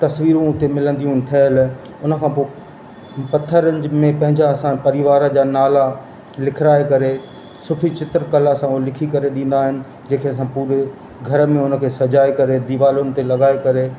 तसवीरूं हुते मिलंदियूं ठहियलु उन खां पोइ पथरनि में पंहिंजा असां परिवार जा नाला लिखाए करे सुठी चित्र कला सां उहे लिखी करे ॾींदा आहिनि जेंखे असां पूरे घर में हुन खे सजाए करे दीवालुन ते लॻाए करे